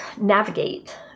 navigate